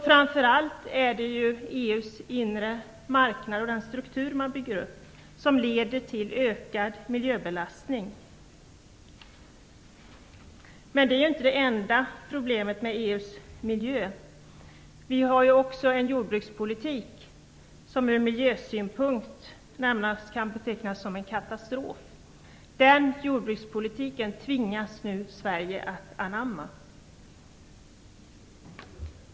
Framför allt är det EU:s inre marknad och struktur som leder till ökad miljöbelastning. Men det är inte det enda problemet med miljön inom EU. Jordbrukspolitiken kan ur miljösynvinkel närmast betraktas som en katastrof. Den jordbrukspolitiken tvingas nu Sverige att anamma.